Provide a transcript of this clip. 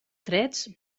trets